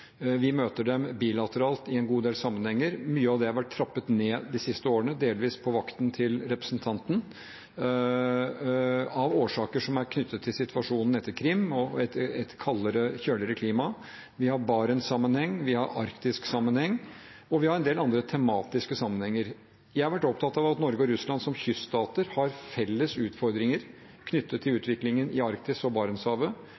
Vi møter dem bilateralt i en god del sammenhenger. Mye av det har vært trappet ned de siste årene, delvis på representantens vakt, av årsaker som er knyttet til situasjonen etter Krim og et kjøligere klima. Vi har Barents-sammenheng, vi har arktisk sammenheng, og vi har en del andre tematiske sammenhenger. Jeg har vært opptatt av at Norge og Russland som kyststater har felles utfordringer knyttet til